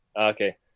Okay